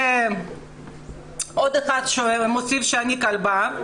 ועוד אחד אומר שאני כלבה.